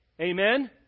amen